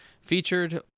featured